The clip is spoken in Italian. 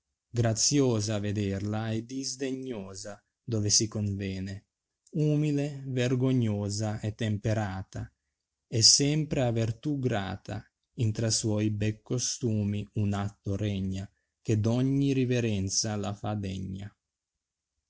graziosa a vederla e disdegnosa dove si convene umile vergognosa e temperata e sempre a verlù grata intra suoi be costumi un atto regna che d ogni riverenza la fa degna